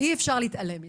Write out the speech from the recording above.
אי אפשר להתעלם מזה.